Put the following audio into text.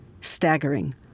staggering